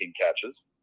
catches